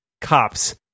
cops